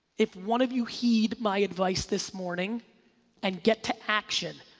if one of you heed my advice this morning and get to action,